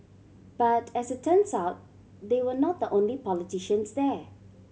but as it turns out they were not the only politicians there